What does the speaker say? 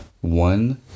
one